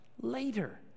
later